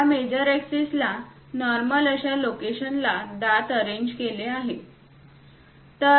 त्या मेजर एक्सिसला नॉर्मल अशा लोकेशन ला दात अरेंज केले जातील